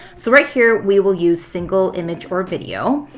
so right here, we will use single image or video.